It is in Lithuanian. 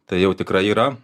tai jau tikrai yra